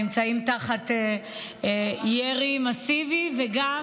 נמצאים תחת ירי מסיבי וגם,